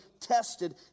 tested